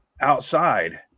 outside